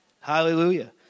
Hallelujah